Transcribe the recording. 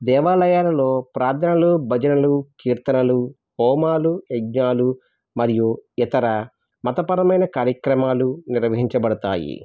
దేవాలయాలలో ప్రార్థనలు భజనలు కీర్తనలు హోమాలు యజ్ఞాలు మరియు ఇతర మతపరమైన కార్యక్రమాలు నిర్వహించబడతాయి